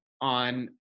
on